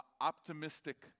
optimistic